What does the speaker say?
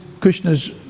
Krishna's